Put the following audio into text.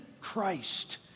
Christ